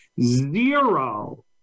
zero